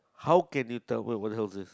how can you tell wait what the hell is this